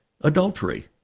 adultery